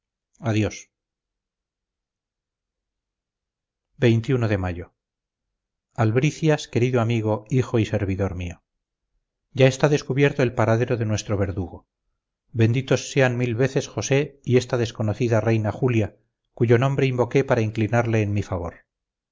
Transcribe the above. adiós de mayo albricias querido amigo hijo y servidor mío ya está descubierto el paradero de nuestro verdugo benditos sean mil veces josé y esa desconocida reina julia cuyo nombre invoqué para inclinarle en mi favor